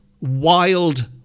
wild